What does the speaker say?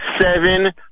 seven